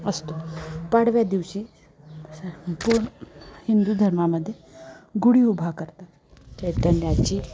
असतो पडव्या दिवशी पू हिंदू धर्मामध्ये गुढी उभा करतात चैतन्याची